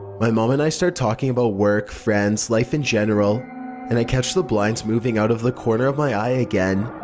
my mom and i start talking about work, friends, life in general and i catch the blinds moving out of the corner of my eye again,